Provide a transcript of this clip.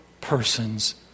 person's